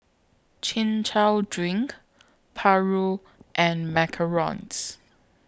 Chin Chow Drink Paru and Macarons